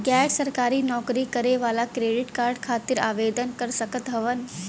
गैर सरकारी नौकरी करें वाला क्रेडिट कार्ड खातिर आवेदन कर सकत हवन?